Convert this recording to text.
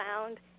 found